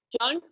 John